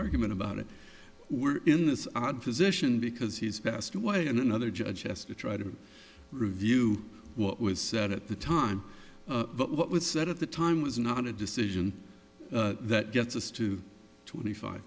argument about it we're in this odd position because he's passed away and another judge has to try to review what was said at the time but what was said at the time was not a decision that gets us to twenty five